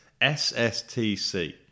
SSTC